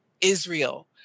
israel